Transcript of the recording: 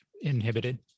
inhibited